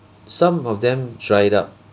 some of them dried up